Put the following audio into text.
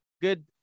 good